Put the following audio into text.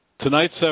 Tonight's